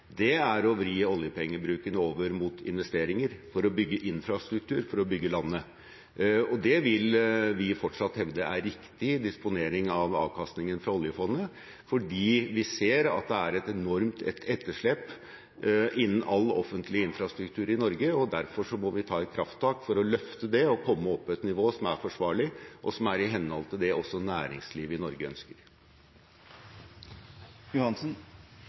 er å vri oljepengebruken over mot investeringer for å bygge infrastruktur, for å bygge landet. Det vil vi fortsatt hevde er riktig disponering av avkastningen fra oljefondet, fordi vi ser at det er et enormt etterslep innen all offentlig infrastruktur i Norge. Derfor må vi ta et krafttak for å løfte det og komme opp på et nivå som er forsvarlig, og som er i henhold til det også næringslivet i Norge ønsker.